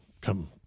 come